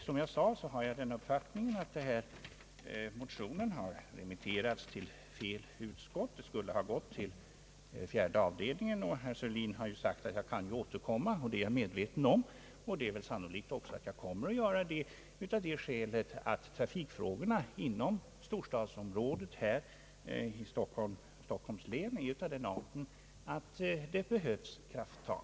Som jag sade har jag den uppfattningen att motionen har remitterats till fel utskott. Den skulle ha gått till statsutskottets fjärde avdelning. Herr Sörlin har sagt att jag kan återkomma, och det är jag medveten om. Det är sannolikt att jag kommer att göra det av det skälet att trafikfrågorna inom storstadsområdet här i Stockholms län är av den arten att det behövs krafttag.